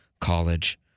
college